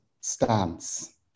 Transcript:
stance